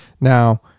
Now